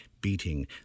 beating